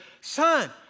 son